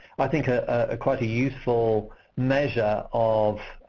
i think, ah ah quite a useful measure of.